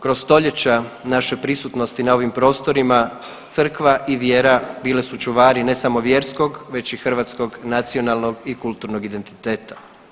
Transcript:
Kroz stoljeća naše prisutnosti na ovim prostorima crkva i vjera bili su čuvari ne samo vjerskog već i hrvatskog, nacionalnog i kulturnog identiteta.